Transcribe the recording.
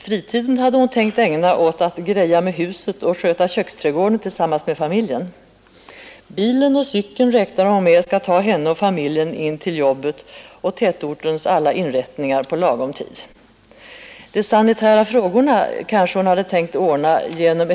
Fritiden har hon tänkt ägna åt att greja med huset och sköta köksträdgården tillsammans med familjen. Bilen och cykeln räknar hon med skall ta henne och familjen in till jobbet och tätortens alla inrättningar på lagom tid. De sanitära frågorna kanske hon har tänkt ordna genom.